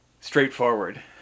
straightforward